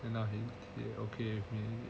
you know what I mean now you're okay with me